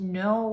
no